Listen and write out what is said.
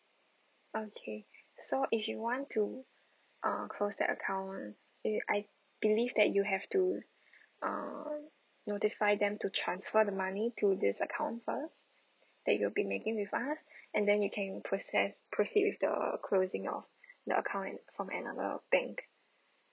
okay so if you want to uh close the account one you I believe that you have to uh notify them to transfer the money to this account first that you will be making with us and then you can process proceed with the closing of the account from another bank